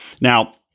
Now